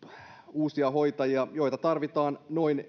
uusia hoitajia noin